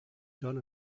done